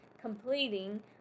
completing